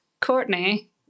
Courtney